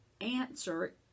answer